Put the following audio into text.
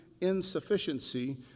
insufficiency